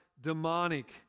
demonic